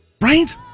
Right